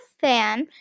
fan